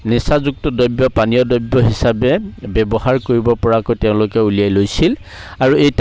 নিচাযুক্ত দ্ৰব্য পানীয় দ্ৰব্য হিচাপে ব্যৱহাৰ কৰিব পৰাকৈ তেওঁলোকে উলিয়াই লৈছিল আৰু এই